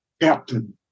captain